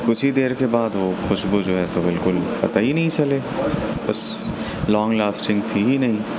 کچھ ہی دیر کے بعد وہ خوشبو جو ہے تو بالکل قطعی نہیں چلے بس لانگ لاسٹنگ تھی ہی نہیں